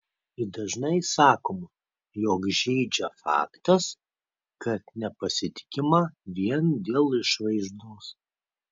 ir dažnai sakoma jog žeidžia faktas kad nepasitikima vien dėl išvaizdos